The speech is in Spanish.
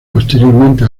posteriormente